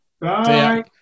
Bye